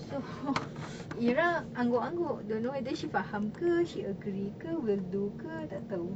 so ira angguk-angguk don't whether she faham ke she agree ke will do ke tak tahu